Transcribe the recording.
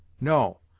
no,